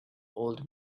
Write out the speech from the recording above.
old